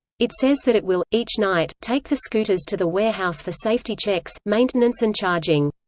it says that it will, each night, take the scooters to the warehouse for safety checks, maintenance and charging.